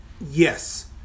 yes